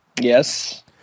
Yes